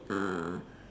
uh